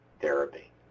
therapy